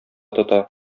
тота